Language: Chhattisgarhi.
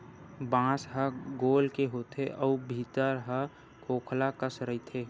बांस ह गोल के होथे अउ भीतरी ह खोखला कस रहिथे